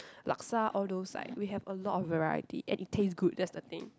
laksa all those like we have a lot of variety and it tastes good that's the thing